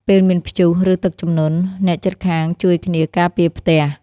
ពេលមានព្យុះ ឬទឹកជំនន់ អ្នកជិតខាងជួយគ្នាការពារផ្ទះ។